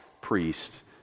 priest